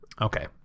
Okay